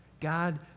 God